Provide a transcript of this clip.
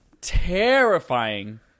terrifying